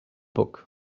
book